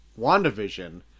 WandaVision